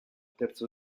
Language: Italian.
terzo